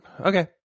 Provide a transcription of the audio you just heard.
okay